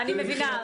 אני מבינה.